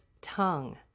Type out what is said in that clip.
tongue